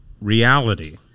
reality